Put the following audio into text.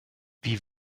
wie